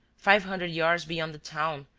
five hundred yards beyond the town,